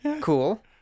cool